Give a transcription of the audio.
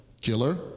killer